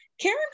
Karen